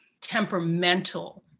temperamental